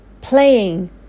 playing